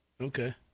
Okay